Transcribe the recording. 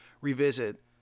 revisit